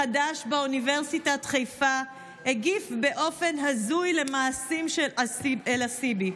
חד"ש באוניברסיטת חיפה הגיב באופן הזוי למעשים של אלעסיבי.